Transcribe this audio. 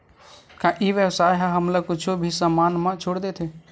का ई व्यवसाय ह हमला कुछु भी समान मा छुट देथे?